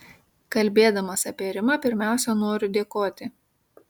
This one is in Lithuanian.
kalbėdamas apie rimą pirmiausia noriu dėkoti